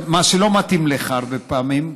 מה שלא מתאים לך הרבה פעמים,